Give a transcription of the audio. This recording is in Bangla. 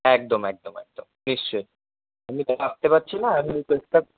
একদম একদম একদম নিশ্চয়ই আমি তো থাকতে পারছি না